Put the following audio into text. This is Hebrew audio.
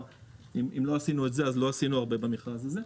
ואם לא עשינו את זה, אז לא עשינו הרבה במכרז הזה.